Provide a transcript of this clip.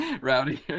Rowdy